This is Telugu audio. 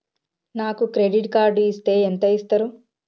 నాకు క్రెడిట్ కార్డు ఇస్తే ఎంత ఇస్తరు?